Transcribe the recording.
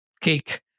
cake